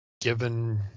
given